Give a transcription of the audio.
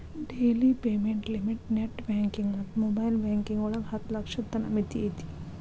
daily payment limit net banking ಮತ್ತ mobile banking ಒಳಗ ಹತ್ತ ಲಕ್ಷದ್ ತನ ಮಿತಿ ಐತಿ